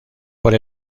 por